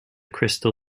crystal